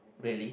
really